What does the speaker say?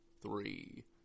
three